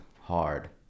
hard